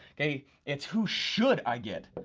kay, it's who should i get,